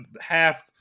half